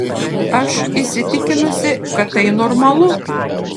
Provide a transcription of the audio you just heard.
aš įsitikinusi kad tai normalu